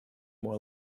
more